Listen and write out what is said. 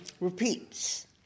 Repeats